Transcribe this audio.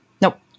Nope